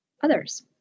others